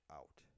out